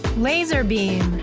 laser beam.